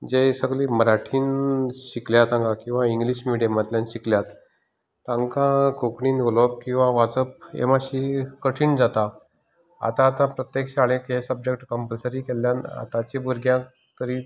जे सगळे मराठींत शिकल्यात हांगा किंवा इंग्लीश मिडयमांतल्यान शिकल्यात तांकां कोंकणीन उलोवप किंवा वाचप हें मातशें कठीण जाता आतां आतां प्रत्येक शाळेंत हे सब्जेक्ट कम्पलसरी केल्ल्यान आतांच्या भुरग्यांक तरी